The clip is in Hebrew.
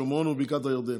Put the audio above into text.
שומרון ובקעת הירדן.